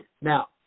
Now